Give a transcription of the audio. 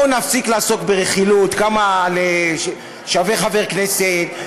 בואו נפסיק לעסוק ברכילות: כמה שווה חבר כנסת,